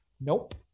Nope